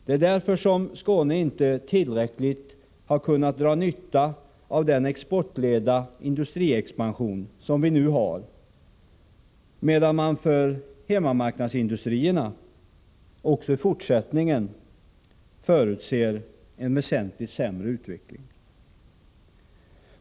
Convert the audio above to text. Det är därför som Skåne inte tillräckligt har kunnat dra nytta av den exportledda industriexpansion som vi nu har, samtidigt som man för hemmamarknadsindustrin också fortsättningsvis förutser en väsentligt sämre utveckling.